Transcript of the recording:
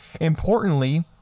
Importantly